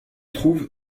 trouve